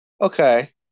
Okay